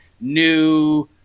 new –